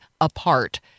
apart